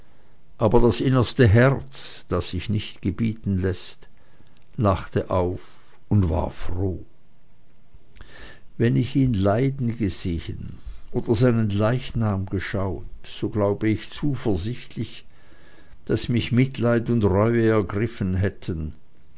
aber das innerste herz das sich nicht gebieten läßt lachte auf und war froh wenn ich ihn leiden gesehen oder seinen leichnam geschaut so glaube ich zuversichtlich daß mich mitleid und reue ergriffen hätten